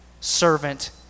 servant